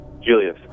Julius